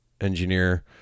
engineer